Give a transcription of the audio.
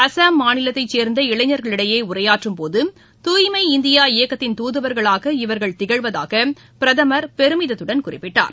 அஸ்ஸாம் மாநிலத்தைச் சேர்ந்த இளைஞர்களிடையேஉரையாற்றும்போது தூய்மை இந்தியா இயக்கத்தின் தூதுவா்களாக இவா்கள் திகழ்வதாகபிரதமா் பெருமிதத்துடன் குறிப்பிட்டார்